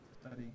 study